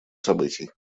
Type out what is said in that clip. событий